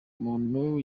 umuntu